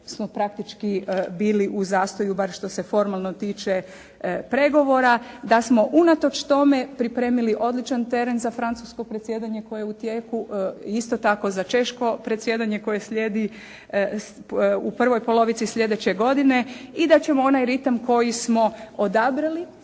smo praktički bili u zastoju, bar što se formalno tiče pregovora, da smo unatoč tome pripremili odličan teren za francusko predsjedanje koje je u tijeku, isto tako za češko predsjedanje koje slijedi u prvoj polovici sljedeće godine i da ćemo onaj ritam koji smo odabrali